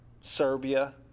Serbia